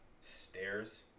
stairs